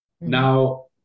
Now